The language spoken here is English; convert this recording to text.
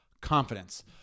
Confidence